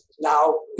now